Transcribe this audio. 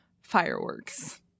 Fireworks